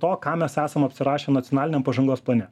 to ką mes esam apsirašę nacionaliniam pažangos plane